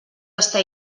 estar